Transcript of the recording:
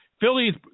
Philly's